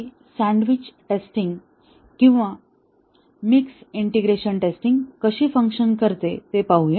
ही sandwich testing किंवा mixed integration testing कशी function करते ते पाहूया